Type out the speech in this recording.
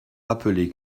rappeler